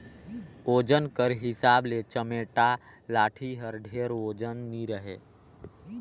ओजन कर हिसाब ले चमेटा लाठी हर ढेर ओजन नी रहें